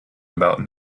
about